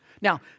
Now